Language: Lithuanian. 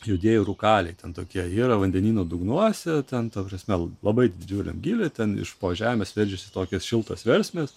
juodieji rūkaliai ten tokie yra vandenynų dugnuose ten ta prasme labai didžiuliam gyly ten iš po žemės veržias tokios šiltos versmės